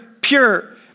pure